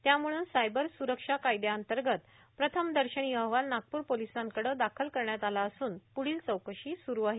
त्यामुळं सायबर सुरखा कायद्याअंतर्गत प्रथमदर्शनी अहवाल नागपूर पोलिसांकडं दाखत करण्यात आलं असून पुढील चौकशी सुरू आहे